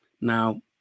Now